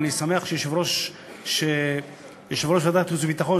ואני שמח שיושב-ראש ועדת החוץ והביטחון,